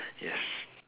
yes